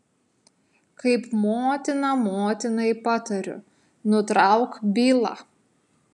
kaip motina motinai patariu nutrauk bylą